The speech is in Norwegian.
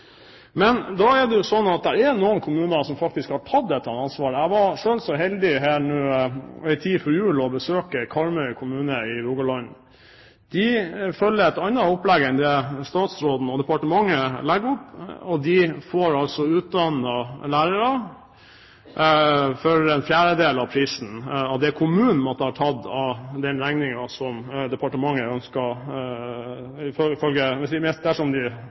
Det er noen kommuner som har tatt det ansvaret. Jeg var selv så heldig her en tid før jul å få besøke Karmøy kommune i Rogaland. De følger et annet opplegg enn det statsråden og departementet legger opp, og de får utdannet lærere for en fjerdedel av det kommunen måtte betalt dersom de skulle ha